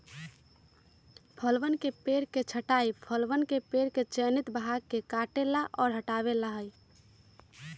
फलवन के पेड़ के छंटाई फलवन के पेड़ के चयनित भागवन के काटे ला और हटावे ला हई